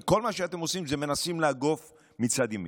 וכל מה שאתם עושים זה מנסים לאגוף מצד ימין.